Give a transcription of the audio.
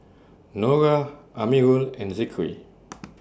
Nura Amirul and Zikri